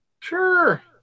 Sure